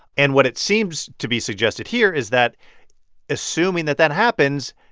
and what it seems to be suggested here is that assuming that that happens,